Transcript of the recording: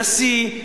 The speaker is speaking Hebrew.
נשיא,